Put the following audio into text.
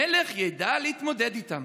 המלך ידע להתמודד איתם.